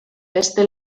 beste